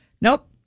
nope